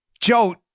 Joe